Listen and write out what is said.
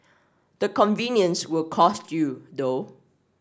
the convenience will cost you though